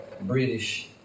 British